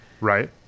right